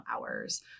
hours